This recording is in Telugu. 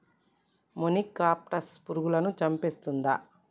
మొనిక్రప్టస్ పురుగులను చంపేస్తుందా?